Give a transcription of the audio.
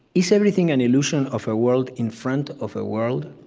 is everything an illusion of a world in front of a world?